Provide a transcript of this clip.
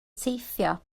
teithio